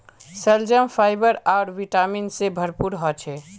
शलजम फाइबर आर विटामिन से भरपूर ह छे